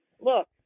look